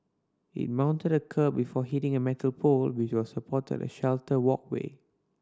it mounted a kerb before hitting a metal pole which was supporting a sheltered walkway